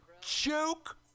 Joke